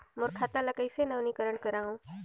मोर खाता ल कइसे नवीनीकरण कराओ?